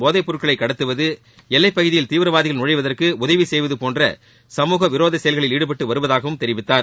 போதைப்பொருட்களை கடத்துவது எல்லைப்பகுதியில் தீவிரவாதிகள் நழைவதற்கு உதவி செய்வது போன்ற சமூகவிரோத செயல்களில் ஈடுபட்டு வருவதாகவும் தெரிவித்தார்